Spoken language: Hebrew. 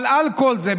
אבל על כל זה,